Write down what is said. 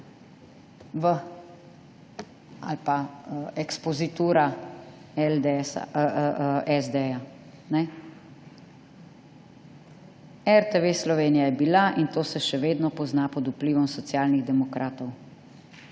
Musarjeva, ekspozitura SD: »RTV Slovenija je bila, in to se še vedno pozna, pod vplivom Socialnih demokratov